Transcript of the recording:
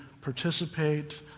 participate